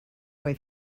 way